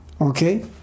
okay